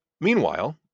Meanwhile